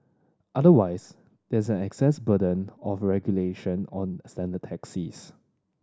otherwise there is an access burden of regulation on standard taxis